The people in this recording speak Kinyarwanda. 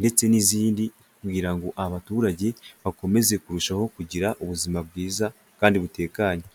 ndetse n'izindi, kugira ngo abaturage bakomeze kurushaho kugira ubuzima bwiza kandi butekanye.